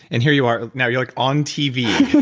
and here you are now, you're like on tv